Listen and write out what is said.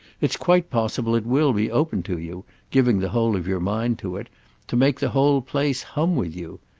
it's quite possible it will be open to you giving the whole of your mind to it to make the whole place hum with you.